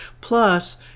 Plus